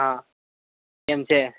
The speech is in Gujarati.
હા એમ છે